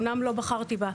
אומנם לא בחרתי בה,